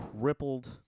crippled